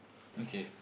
okay